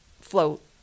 float